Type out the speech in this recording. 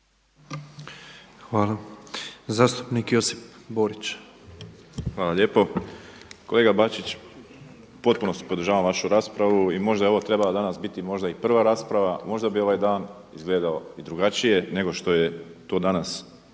Borić. **Borić, Josip (HDZ)** Hvala lijepa. Kolega Bačić, u potpunosti podržavam vašu raspravu i možda je ovo danas trebala biti možda i prva rasprava, možda bi ovaj dan izgledao i drugačije nego što je to danas